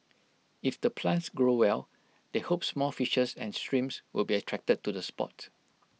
if the plants grow well they hope small fishes and shrimps will be attracted to the spot